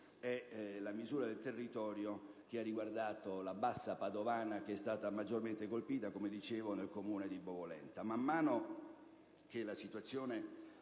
è la misura del territorio che ha riguardato la Bassa padovana, che è stata maggiormente colpita, come dicevo, nel comune di Bovolenta.